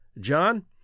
John